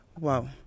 Wow